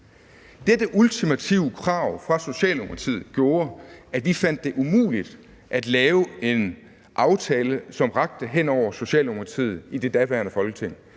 Dette ultimative krav fra Socialdemokratiet gjorde, at vi fandt det umuligt at lave en aftale, som rakte hen over Socialdemokratiet i det daværende Folketing.